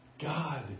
God